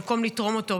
במקום לתרום אותו,